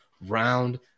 round